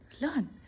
learn